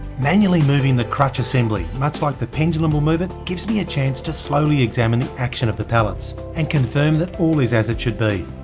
manually moving the crutch assembly much like the pendulum will move it, gives me a chance to slowly examine the action of the pallets, and confirm that all is as it should be.